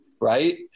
right